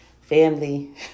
Family